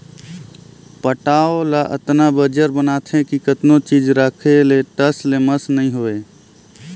पटांव ल अतना बंजर बनाथे कि कतनो चीज राखे ले टस ले मस नइ होवय